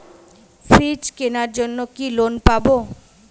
Fridge কেনার জন্য কি লোন পাব?